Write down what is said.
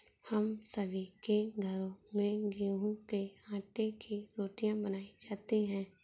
हम सभी के घरों में गेहूं के आटे की रोटियां बनाई जाती हैं